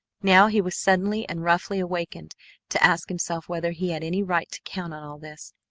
now he was suddenly and roughly awakened to ask himself whether he had any right to count on all this.